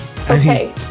okay